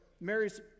Mary's